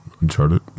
Uncharted